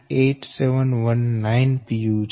8719 pu છે